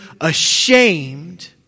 ashamed